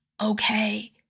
okay